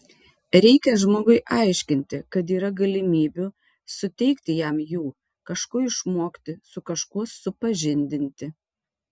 reikia žmogui aiškinti kad yra galimybių suteikti jam jų kažko išmokti su kažkuo supažindinti